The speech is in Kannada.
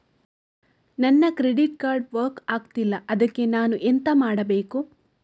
ನನ್ನ ಕ್ರೆಡಿಟ್ ಕಾರ್ಡ್ ವರ್ಕ್ ಆಗ್ತಿಲ್ಲ ಅದ್ಕೆ ನಾನು ಎಂತ ಮಾಡಬೇಕು?